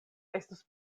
estus